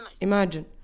Imagine